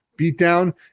beatdown